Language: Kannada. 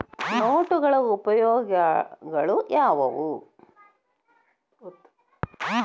ನೋಟುಗಳ ಉಪಯೋಗಾಳ್ಯಾವ್ಯಾವು?